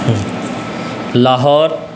Lahore